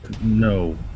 No